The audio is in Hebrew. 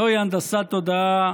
זוהי הנדסת תודעה,